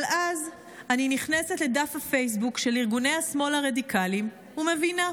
אבל אז אני נכנסת לדף הפייסבוק של ארגוני השמאל הרדיקלי ומבינה.